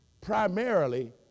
Primarily